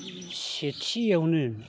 सेथियावनो